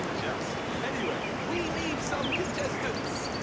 just? anyway, we need some contestants,